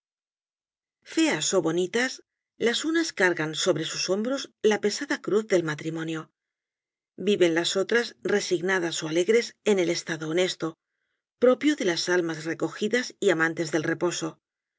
ó bonitas las unas cargan sobre sus hombros la pesada cruz del matrimonio viven las otras resignadas ó alegres en el estado honesto propio de las almas recogidas y amantes del reposo